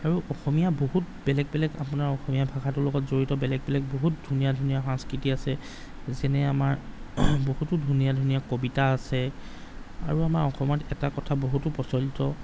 আৰু অসমীয়া বহুত বেলেগ বেলেগ আপোনাৰ অসমীয়া ভাষাটোৰ লগত জড়িত বেলেগ বেলেগ বহুত ধুনীয়া ধুনীয়া সাংস্কৃতি আছে যেনে আমাৰ বহুতো ধুনীয়া ধুনীয়া কবিতা আছে আৰু আমাৰ অসমত এটা কথা বহুতো প্ৰচলিত